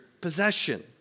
possession